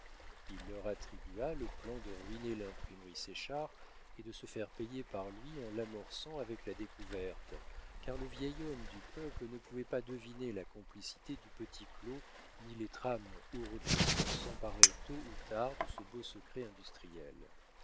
il leur attribua le plan de ruiner l'imprimerie séchard et de se faire payer par lui en l'amorçant avec la découverte car le vieil homme du peuple ne pouvait pas deviner la complicité de petit claud ni les trames ourdies pour s'emparer tôt ou tard de ce beau secret industriel